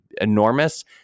enormous